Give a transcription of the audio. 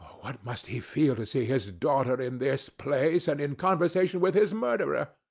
what must he feel to see his daughter in this place, and in conversation with his murderer!